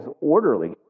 orderly